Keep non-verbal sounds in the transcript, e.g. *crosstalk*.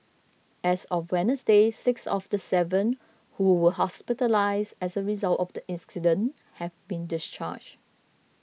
as of winners day six of the seven who were hospitalised as a result of the *unintelligible* have been discharged